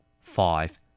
five